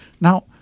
Now